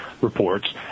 reports